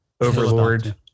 Overlord